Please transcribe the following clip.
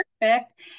perfect